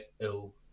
ill